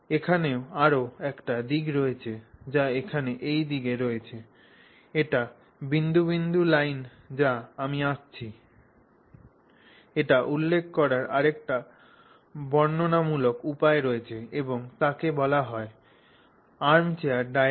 এখানে আরও একটি দিক রয়েছে যা এখানে এই দিকে রয়েছে এটি বিন্দু বিন্দু লাইন যা আমি আঁকছি এটি উল্লেখ করার আরেকটি বর্ণনামূলক উপায় রয়েছে এবং তাকে বলা হয় আর্মচেয়ার দিক